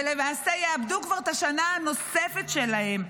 ולמעשה כבר יאבדו את השנה הנוספת שלהם,